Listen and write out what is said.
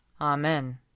Amen